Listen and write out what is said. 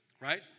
right